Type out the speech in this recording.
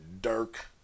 Dirk